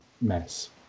mess